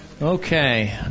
Okay